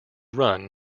run